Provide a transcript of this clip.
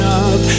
up